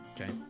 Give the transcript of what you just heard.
Okay